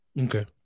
Okay